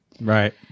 Right